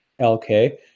LK